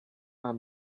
are